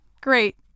Great